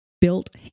built